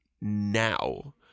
now